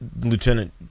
lieutenant